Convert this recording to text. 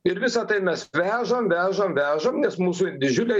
ir visa tai mes vežam vežam vežam nes mūsų didžiulė